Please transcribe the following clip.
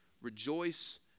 rejoice